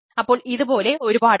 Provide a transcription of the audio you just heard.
അപ്പോൾ ഇതുപോലെ ഒരുപാടുണ്ട്